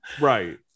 right